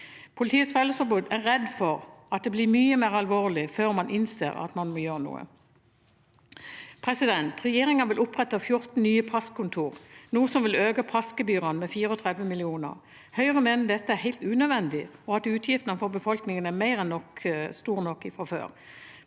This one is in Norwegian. Politiets Fellesforbund er redd for at det blir mye mer alvorlig før man innser at man må gjøre noe. Regjeringen vil opprette 14 nye passkontorer, noe som vil øke passgebyrene med 34 mill. kr. Høyre mener dette er helt unødvendig, og at utgiftene for befolkningen er mer enn store nok fra før.